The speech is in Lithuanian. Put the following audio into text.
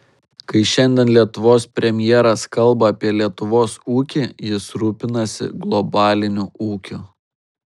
kai šiandien lietuvos premjeras kalba apie lietuvos ūkį jis rūpinasi globaliniu ūkiu